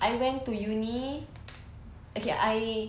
I went to uni~ okay I